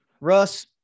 Russ